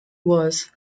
was